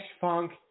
Funk